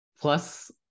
plus